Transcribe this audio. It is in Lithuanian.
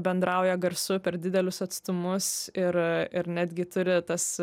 bendrauja garsu per didelius atstumus ir ir netgi turi tas